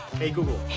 hey google!